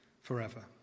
forever